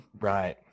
Right